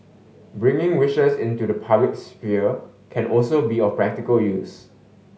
bringing wishes into the public sphere can also be of practical use